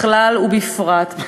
בכלל ובפרט,